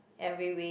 every week